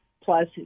Plus